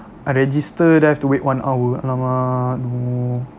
I register then I have to wait one hour !alamak! no